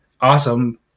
awesome